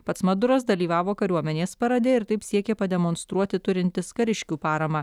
pats maduras dalyvavo kariuomenės parade ir taip siekė pademonstruoti turintis kariškių paramą